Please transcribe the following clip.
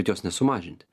bet jos nesumažinti